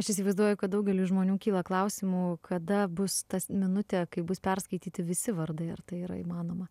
aš įsivaizduoju kad daugeliui žmonių kyla klausimų kada bus tas minutė kai bus perskaityti visi vardai ar tai yra įmanoma